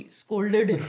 scolded